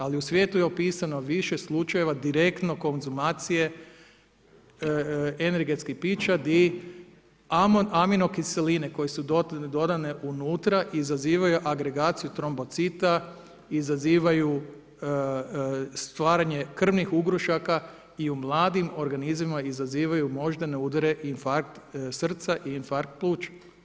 Ali, u svijetu je opisano više slučajeva, direktno konzumacije energetskog pića, gdje aminokiseline, koje su dodane unutra, izazivaju agregaciju trombocita, izazivaju stvaranje krvnih ugrušaka i u mladim organizmima izazivaju moždane udare i infarkt srca i infarkt pluća.